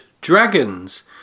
dragons